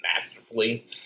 masterfully